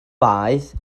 baedd